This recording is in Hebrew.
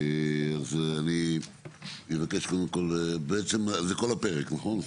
אני אבקש קודם כל, זה כל הפרק נכון?